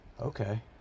Okay